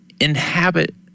inhabit